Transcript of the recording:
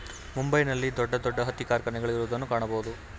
ಮುಂಬೈ ನಲ್ಲಿ ದೊಡ್ಡ ದೊಡ್ಡ ಹತ್ತಿ ಕಾರ್ಖಾನೆಗಳು ಇರುವುದನ್ನು ಕಾಣಬೋದು